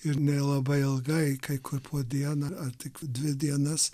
ir ne labai ilgai kai kur po dieną ar tik dvi dienas